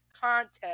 contest